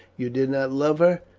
you did not love her?